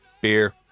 beer